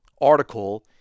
article